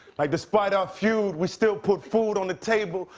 like despite our feud we still put food on the table,